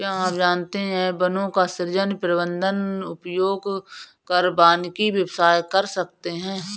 क्या आप जानते है वनों का सृजन, प्रबन्धन, उपयोग कर वानिकी व्यवसाय कर सकते है?